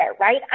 right